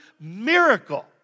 miracle